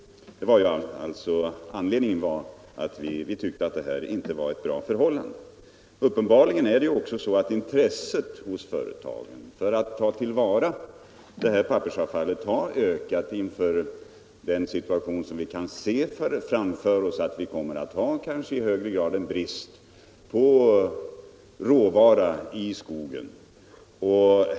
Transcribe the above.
Anledningen var att vi tyckte att rådande förhållande inte var bra. Uppenbarligen har också intresset hos företagen för att ta till vara pappersavfallet ökat inför den situation som vi kan se framför oss, nämligen att vi i högre grad kanske kommer att ha brist på råvara i skogen.